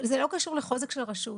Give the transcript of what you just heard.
זה לא קשור לחוזק של הרשות.